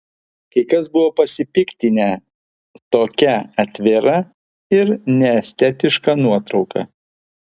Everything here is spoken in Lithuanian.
kai kas buvo pasipiktinę tokia atvira ir neestetiška nuotrauka